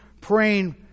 praying